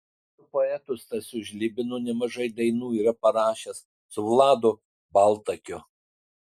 su poetu stasiu žlibinu nemažai dainų yra parašęs su vladu baltakiu